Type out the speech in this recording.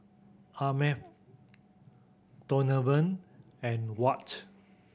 Arnav Donovan and Watt